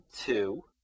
two